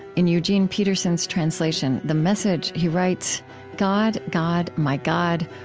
in eugene peterson's translation the message he writes god, god. my god!